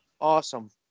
Awesome